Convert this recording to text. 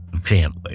family